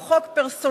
הוא חוק פרסונלי.